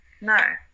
No